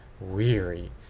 weary